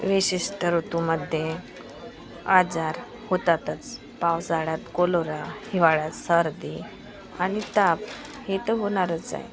विशिष्ट ऋतूमध्ये आजार होतातच पावसाळ्यात कोलोरा हिवाळ्यात सर्दी आणि ताप हे तर होणारंच आहे